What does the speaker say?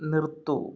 നിർത്തൂ